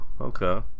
Okay